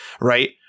right